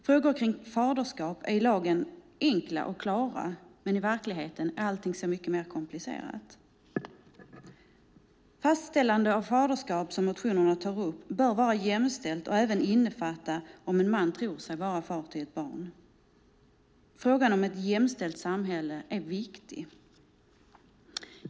Frågor kring faderskap är i lagen enkla och klara, men i verkligheten är allting så mycket mer komplicerat. Fastställande av faderskap, som motionerna tar upp, bör vara jämställt och även innefatta om en man tror sig vara far till ett barn. Frågan om ett jämställt samhälle är viktig.